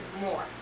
more